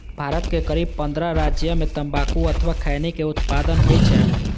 भारत के करीब पंद्रह राज्य मे तंबाकू अथवा खैनी के उत्पादन होइ छै